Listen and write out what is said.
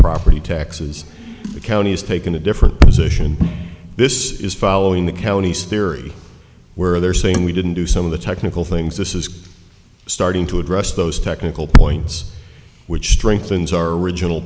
property taxes the county has taken a different position this is following the county's theory where they're saying we didn't do some of the technical things this is starting to address those technical points which strengthens our original